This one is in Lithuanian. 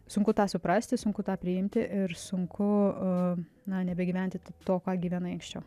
sunku tą suprasti sunku tą priimti ir sunku na nebegyventi t to ką gyvenai anksčiau